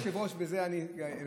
אדוני היושב-ראש, בזה אני מסיים.